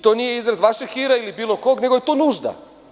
To nije izraz vašeg hira ili bilo kog, nego je to nužda.